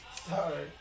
Sorry